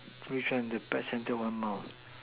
so which one the patch until one mouth